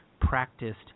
practiced